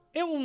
eu